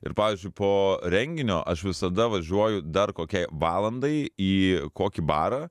ir pavyzdžiui po renginio aš visada važiuoju dar kokiai valandai į kokį barą